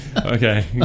Okay